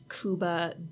Kuba